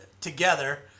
together